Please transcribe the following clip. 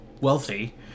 wealthy